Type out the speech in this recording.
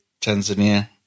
Tanzania